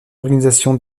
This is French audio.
organisation